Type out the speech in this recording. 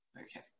Okay